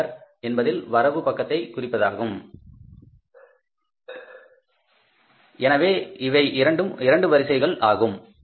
CR வரவு பக்கத்தை குறிப்பதாகும் எனவே இவை இரண்டு வரிசைகள் ஆகும்